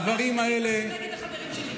השר פונה אליי, נגד החברים שלי.